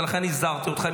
ולכן הזהרתי אותך,